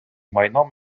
майном